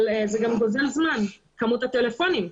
אבל זה גם גוזל זמן, כמות הטלפונים עלתה,